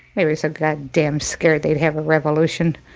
they were so goddamn scared they'd have a revolution.